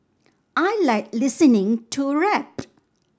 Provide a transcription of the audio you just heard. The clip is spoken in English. I like listening to rap